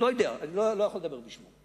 אני לא יודע, אני לא יכול לדבר בשמו.